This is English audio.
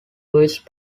louise